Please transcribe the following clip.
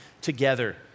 together